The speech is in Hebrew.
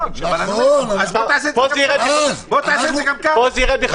גם פה זה יירד.